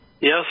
Yes